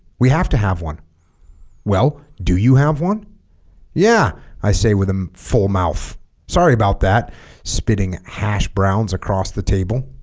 we have to have one well do you have one yeah i say with a full mouth sorry about that spitting hash browns across the table